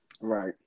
Right